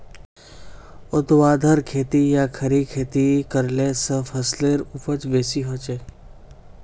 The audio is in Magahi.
ऊर्ध्वाधर खेती या खड़ी खेती करले स फसलेर उपज बेसी हछेक